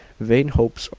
vain hopes,